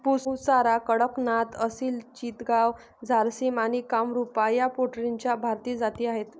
बुसरा, कडकनाथ, असिल चितगाव, झारसिम आणि कामरूपा या पोल्ट्रीच्या भारतीय जाती आहेत